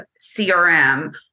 CRM